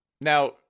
Now